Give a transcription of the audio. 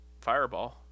Fireball